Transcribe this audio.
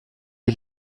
est